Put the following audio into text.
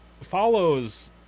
follows